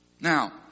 Now